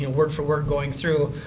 you know word for word, going through.